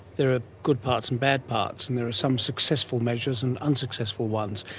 there are good parts and bad parts and there are some successful measures and unsuccessful ones,